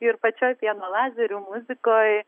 ir pačioj pieno lazerių muzikoj